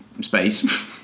space